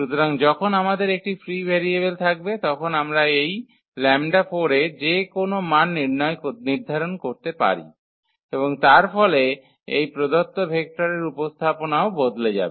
সুতরাং যখন আমাদের একটি ফ্রি ভেরিয়েবল থাকবে তখন আমরা এই λ4 এ যে কোনও মান নির্ধারণ করতে পারি এবং তার ফলে এই প্রদত্ত ভেক্টরের উপস্থাপনাও বদলে যাবে